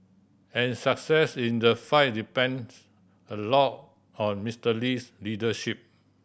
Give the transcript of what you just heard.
and success in the fight depends a lot on Mister Lee's leadership